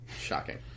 Shocking